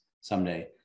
someday